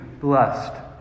blessed